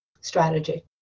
strategy